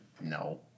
No